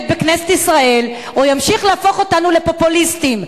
בכנסת ישראל או ימשיך להפוך אותנו לפופוליסטים?